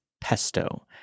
pesto